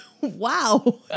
wow